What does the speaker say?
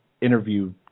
interview